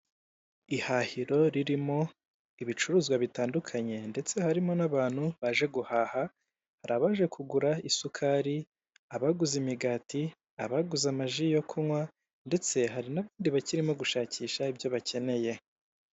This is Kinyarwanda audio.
Ihahiro ririmo ibicuruzwa bitandukanye, ndetse harimo n'abantu baje guhaha hari abaje kugura, isukari abaguze imigati, abaguze amaji yo kunywa ndetse hari n'abandi bakirimo gushakisha ibyo bakeneye.